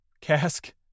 cask